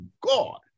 God